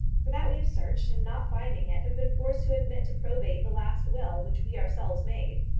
for that we have searched, and, not finding it, have been forced to admit to probate the last will which we ourselves made.